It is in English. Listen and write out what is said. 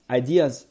ideas